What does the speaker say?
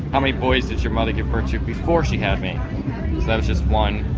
how many boys did your mother give birth to before she had me? that was just one.